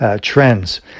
trends